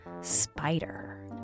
spider